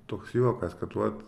toks juokas kad vat